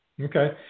Okay